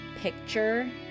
picture